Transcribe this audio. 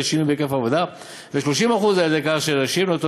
שוני בהיקף העבודה וכ-30% על-ידי זה שנשים נוטות